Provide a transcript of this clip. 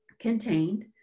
contained